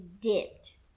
dipped